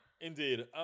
Indeed